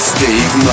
Steve